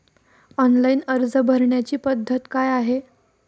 Online अर्ज भरण्याची पद्धत काय आहे?